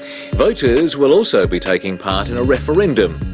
voters will also be taking part in a referendum,